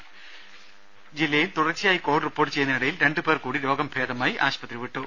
രുമ കൊല്ലം ജില്ലയിൽ തുടർച്ചയായി കോവിഡ് റിപോർട്ടു ചെയ്യുന്നതിനിടയിൽ രണ്ടുപേർ കൂടി രോഗം ഭേദമായി ആശുപത്രി വിട്ടു